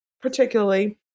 particularly